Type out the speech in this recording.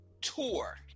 tour